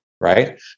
Right